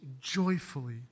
joyfully